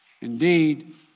Indeed